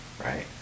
right